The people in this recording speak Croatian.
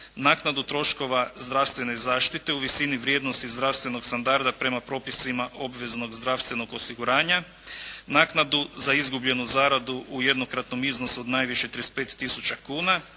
naknadu troškova zdravstvene zaštite u visini vrijednosti zdravstvenog standarda prema propisima obveznog zdravstvenog osiguranja. Naknadu za izgubljenu zaradu u jednokratnom iznosu od najviše 35 tisuća kuna.